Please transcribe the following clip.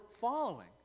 following